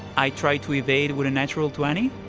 i try to evade with a natural twenty?